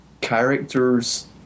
Characters